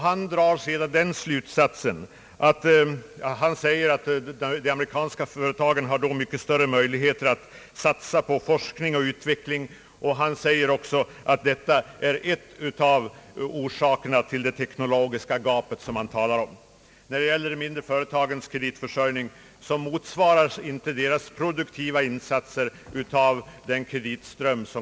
Han drar därav den slutsatsen, att de amerikanska företagen har mycket större möjligheter att satsa på forskning och utveckling och detta är en av orsakerna till det teknologiska gap som han talar om.